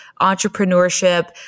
entrepreneurship